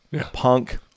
punk